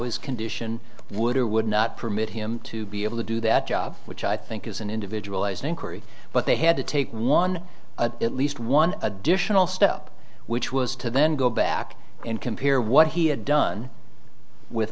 his condition would or would not permit him to be able to do that job which i think is an individual as an inquiry but they had to take one at least one additional step which was to then go back and compare what he had